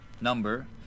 number